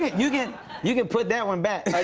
you can you can put that one back.